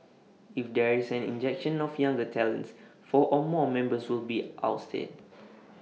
if there is an injection of younger talents four or more members will be ousted